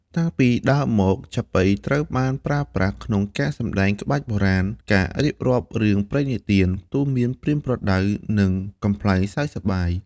តាំងពីដើមមក ចាប៉ីត្រូវបានប្រើប្រាស់ក្នុងការសម្តែងក្បាច់បុរាណ ការរៀបរាប់រឿងព្រេងនិទាន ទូន្មានប្រៀនប្រដៅ និងកំប្លែងសើចសប្បាយ។